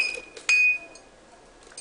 ישיבת ועדת העלייה, הקליטה